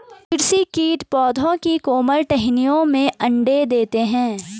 कृषि कीट पौधों की कोमल टहनियों में अंडे देते है